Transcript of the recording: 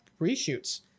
reshoots